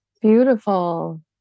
Beautiful